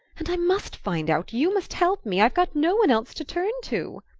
and i must find out you must help me i've got no one else to turn to!